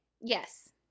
yes